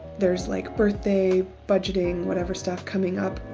there's like birthday, budgeting, whatever, stuff coming up.